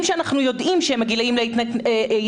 שאנחנו יודעים שהם גילאים להתמכרויות,